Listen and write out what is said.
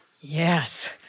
Yes